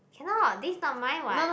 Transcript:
cannot this not mine what